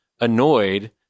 annoyed